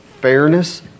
fairness